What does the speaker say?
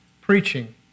preaching